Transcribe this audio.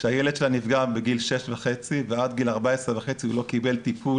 שהילד שלה נפגע בגיל שש וחצי ועד גיל 14.5 הוא לא קיבל טיפול,